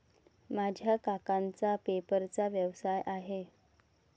माझ्या काकांचा पेपरचा व्यवसाय आहे